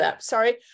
sorry